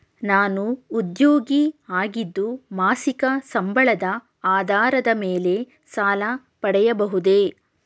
ನಾನು ಉದ್ಯೋಗಿ ಆಗಿದ್ದು ಮಾಸಿಕ ಸಂಬಳದ ಆಧಾರದ ಮೇಲೆ ಸಾಲ ಪಡೆಯಬಹುದೇ?